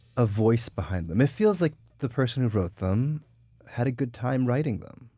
a voice behind them it feels like the person who wrote them had a good time writing them.